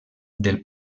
del